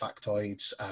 factoids